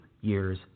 years